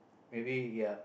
maybe ya